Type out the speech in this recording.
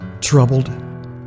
troubled